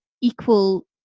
equal